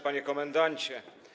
Panie Komendancie!